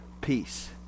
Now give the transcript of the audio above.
peace